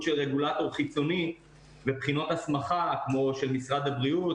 של רגולטור חיצוני בבחינות הסמכה כמו של משרד הבריאות,